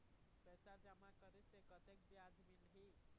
पैसा जमा करे से कतेक ब्याज मिलही?